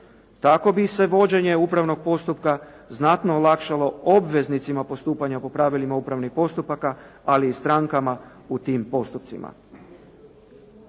Tako bi se vođenje upravnog postupka znatno olakšalo obveznicima postupanja po pravilima upravnih postupaka, ali i strankama u tim postupcima.